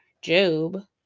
Job